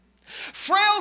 Frail